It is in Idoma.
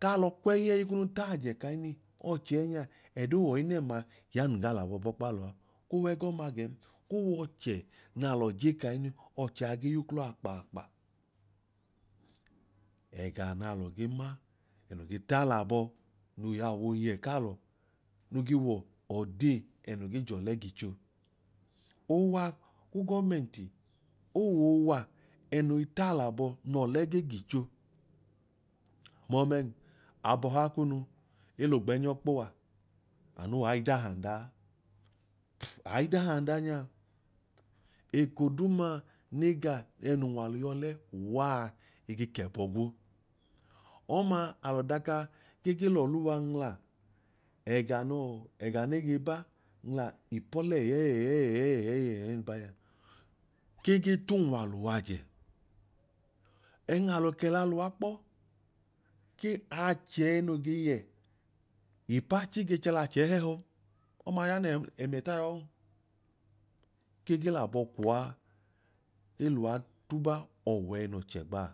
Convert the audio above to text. k'alọ kwẹyẹi kunuu taajẹ kahinin ọchẹ ẹnya ẹdo w'ọyinẹm ma ya nun gaa l'abọ bọkpa lọọ a, koo wẹgọma gẹn ko w'ọchẹ naalọ je kahinin ọchẹa gee y'uklọ akpaakpa ẹga n'alọ ge ma ẹnoo ge taalọ abọ n'iyawu oyẹ kaalọ oge wọ odee noo ge j'ọlẹ gicho. Oowa ku gọmẹnti o woo wa ẹnoi taalọ abọ n'ọlẹ ge gicho. Mọọ mẹẹ'n abọha kunu el'ogbẹnyọ kpo wa anu w'aidahandaa, aidahanda nyaaeko duuma ne ga ẹnu nwalu y'ọlẹ uwaa ege kẹpọ gwo, ọmaa alọ daka ke ge l'ọluwa nwula ẹga nu ẹga ne ge ba nwula ipọlẹ ẹyẹẹyẹẹyẹẹyẹi mbanya ke ge t'unwalu w'ajẹ. ẹn alọ kẹla luwa kpọ ke achẹ ẹno ge yẹ ipachi ige chẹ l'achẹẹ hẹhọn, ọma ya n'ẹmiẹ ta yọọ'n, ke je l'abọ kuwa e luwa tuba ọwẹ ẹnoo chẹgbaa